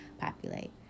populate